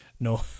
No